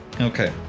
okay